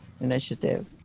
initiative